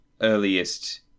earliest